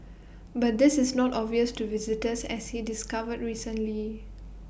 but this is not obvious to visitors as he discovered recently